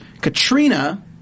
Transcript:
Katrina